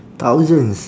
thousands